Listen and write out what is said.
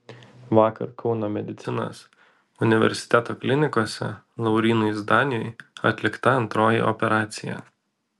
vakar kauno medicinos universiteto klinikose laurynui zdaniui atlikta antroji operacija